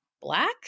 black